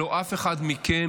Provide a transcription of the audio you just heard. שאף אחד מכם,